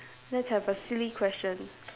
let's have a silly question